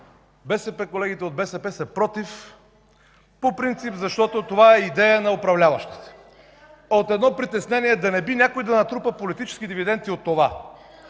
колегите от БСП са против по принцип, защото това е идея на управляващите от притеснение да не би някой да натрупа политически дивиденти от това.